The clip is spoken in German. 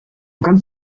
kannst